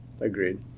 agreed